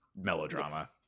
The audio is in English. melodrama